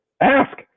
ask